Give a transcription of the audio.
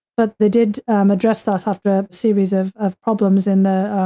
but they did um address that after a series of of problems in the,